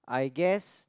I guess